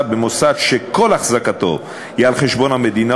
במוסד שכל אחזקתו היא על חשבון המדינה,